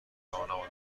راهنما